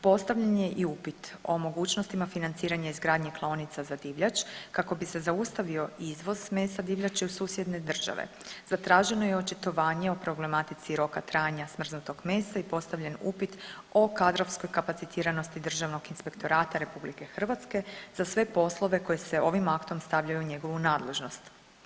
Postavljen je i upit o mogućnostima financiranja izgradnje klaonice za divljač, kako bi se zaustavio izvoz mesa divljači u susjedne države, zatraženo je očitovanje o problematici roka trajanja smrznutog mesa i postavljen upit o kadrovskoj kapacitiranosti Državnog inspektorata RH za sve poslove koji se ovim aktom stavljaju u njegovu nadležnost.